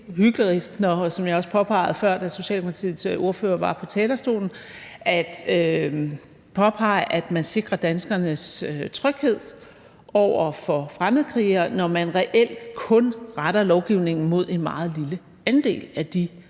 når man siger, som jeg også påpegede før, da Socialdemokratiets ordfører var på talerstolen, at man sikrer danskernes tryghed over for fremmedkrigere, når man reelt kun retter lovgivningen mod en meget lille andel af de fremmedkrigere,